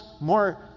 more